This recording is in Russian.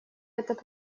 этот